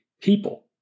people